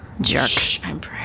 Jerk